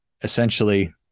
essentially